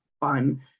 fun